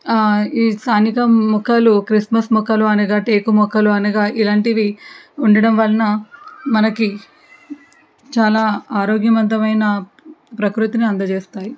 ఈ స్థానిక మొక్కలు క్రిస్మస్ మొక్కలు అనగా టేకు మొక్కలు అనగా ఇలాంటివి ఉండడం వలన మనకి చాలా ఆరోగ్యవంతమైన ప్రకృతిని అందచేస్తాయి